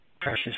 Precious